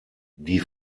die